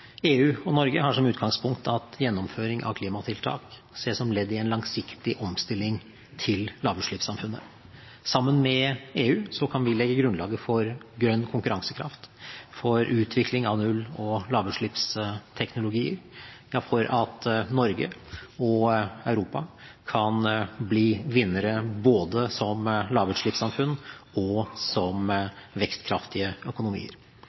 EU og Norge har som utgangspunkt at gjennomføring av klimatiltak ses som ledd i en langsiktig omstilling til lavutslippssamfunnet. Sammen med EU kan vi legge grunnlaget for grønn konkurransekraft, for utvikling av null- og lavutslippsteknologier, for at Norge og Europa kan bli vinnere både som lavutslippssamfunn og som vekstkraftige økonomier.